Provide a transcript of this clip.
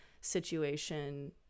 situation